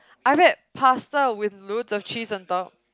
I had pasta with loads of cheese on top